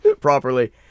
properly